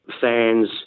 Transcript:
fans